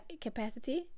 capacity